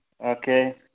Okay